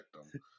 victim